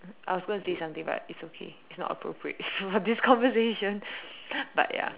I was going to say something but it's okay it's not appropriate for this conversation but ya